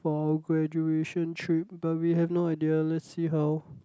for our graduation trip but we have no idea let's see how